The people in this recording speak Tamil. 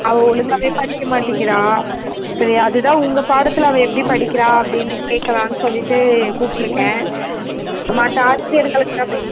அவள் ஒழுங்காவே படிக்க மாட்டேங்கிறாள் சரி அது தான் உங்கள் பாடத்தில் அவள் எப்படி படிக்குறாள் அப்படின்னு கேட்கலாம்னு சொல்லிட்டு கூப்பிட்ருக்கேன் மற்ற ஆசிரியர்கள்கிட்டவும்